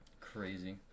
Crazy